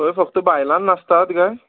थंय फक्त बायलान नाचतात काय